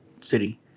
City